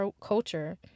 culture